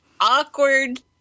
awkward